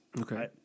Okay